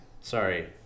Sorry